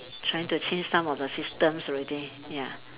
trying to change some of the systems already ya